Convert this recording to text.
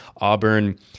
Auburn